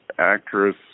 actress